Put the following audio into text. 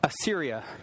Assyria